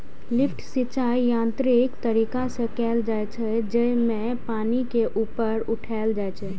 lift सिंचाइ यांत्रिक तरीका से कैल जाइ छै, जेमे पानि के ऊपर उठाएल जाइ छै